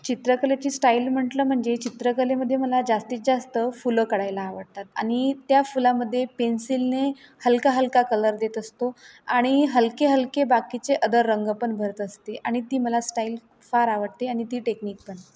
चित्रकलेची स्टाईल म्हटलं म्हणजे चित्रकलेमध्ये मला जास्तीत जास्त फुलं काढायला आवडतात आणि त्या फुलामध्ये पेन्सिलने हलका हलका कलर देत असतो आणि हलके हलके बाकीचे अदर रंग पण भरत असते आणि ती मला स्टाईल फार आवडते आणि ती टेक्निक पण